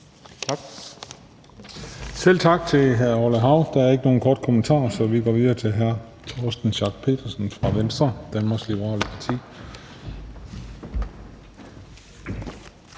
Selv tak til hr. Orla Hav. Der er ikke nogen korte bemærkninger, så vi går videre til hr. Torsten Schack Pedersen fra Venstre, Danmarks Liberale Parti.